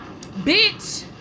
Bitch